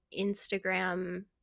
instagram